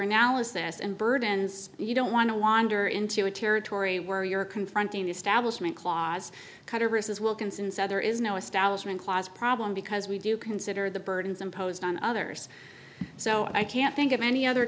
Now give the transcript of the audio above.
analysis and burdens you don't want to wander into a territory where you're confronting the establishment clause as wilkinson said there is no establishment clause problem because we do consider the burdens imposed on others so i can't think of any other